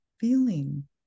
feeling